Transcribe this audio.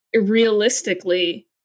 realistically